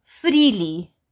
freely